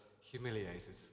humiliated